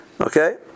Okay